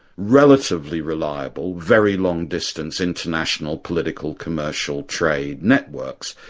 relatively reliable, very long distance international political, commercial trade networks,